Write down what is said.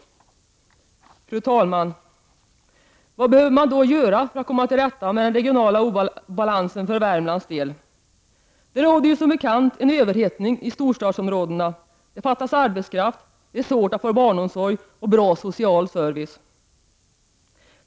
Fru talman! Vad behöver man då göra för att komma till rätta med den regionala obalansen för Värmlands del? Det råder ju som bekant en överhettning i storstadsområdena. Det fattas arbetskraft. Det är svårt att få barnomsorg och bra social service.